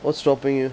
what's stopping you